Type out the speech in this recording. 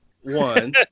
One